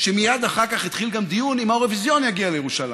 שמיד אחר כך התחיל גם דיון אם האירוויזיון יגיע לירושלים.